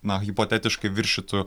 na hipotetiškai viršytų